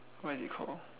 what is it called